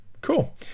Cool